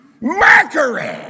Mercury